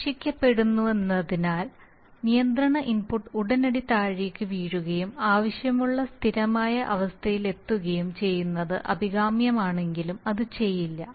നിരീക്ഷിക്കപ്പെടുന്നതെന്തെന്നാൽ നിയന്ത്രണ ഇൻപുട്ട് ഉടനടി താഴേക്ക് വീഴുകയും ആവശ്യമുള്ള സ്ഥിരമായ അവസ്ഥയിലെത്തുകയും ചെയ്യുന്നത് അഭികാമ്യമാണെങ്കിലും അത് ചെയ്യുന്നില്ല